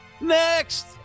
Next